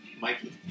Mikey